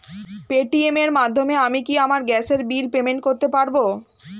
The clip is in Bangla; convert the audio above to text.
পেটিএম এর মাধ্যমে আমি কি আমার গ্যাসের বিল পেমেন্ট করতে পারব?